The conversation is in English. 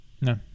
No